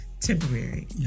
temporary